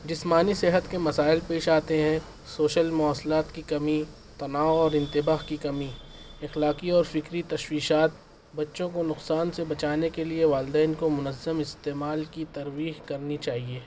جسمانی صحت کے مسائل پیش آتے ہیں سوشل مواصلات کی کمی تناؤ اور انتباہ کی کمی اخلاقی اور فکری تشویشات بچوں کو نقصان سے بچانے کے لیے والدین کو منظم استعمال کی ترویج کرنی چاہیے